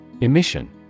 Emission